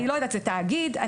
זה תאגיד.